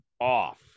off